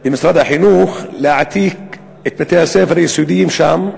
עם משרד החינוך, להעתיק את בתי-הספר היסודיים שם,